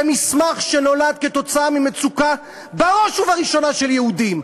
זה מסמך שנולד עקב מצוקה בראש ובראשונה של יהודים,